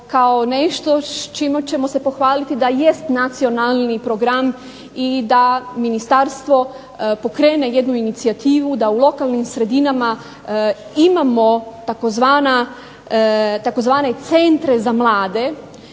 kao nešto s čime ćemo se pohvaliti da jest nacionalni program i da ministarstvo pokrene jednu inicijativu da u lokalnim sredinama imamo tzv. centre za mlade,